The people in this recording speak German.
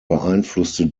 beeinflusste